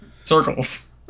circles